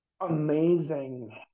amazing